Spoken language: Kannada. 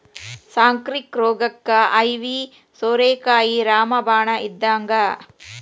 ಸಕ್ಕ್ರಿ ರೋಗಕ್ಕ ಐವಿ ಸೋರೆಕಾಯಿ ರಾಮ ಬಾಣ ಇದ್ದಂಗ